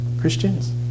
Christians